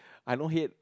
I don't hate